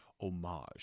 homage